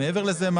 מעבר לזה,